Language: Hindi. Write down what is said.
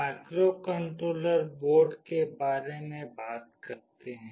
माइक्रोकंट्रोलर बोर्ड के बारे में बात करते हैं